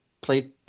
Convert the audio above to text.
played